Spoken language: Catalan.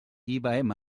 ibm